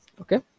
Okay